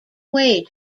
way